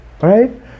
Right